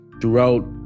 throughout